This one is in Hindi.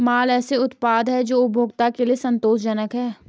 माल ऐसे उत्पाद हैं जो उपभोक्ता के लिए संतोषजनक हैं